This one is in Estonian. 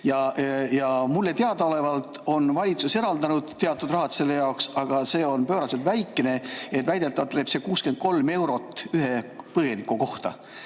Mulle teadaolevalt on valitsus eraldanud teatud raha selle jaoks, aga see [summa] on pööraselt väikene, väidetavalt teeb see 63 eurot ühe põgeniku kohta.